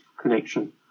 connection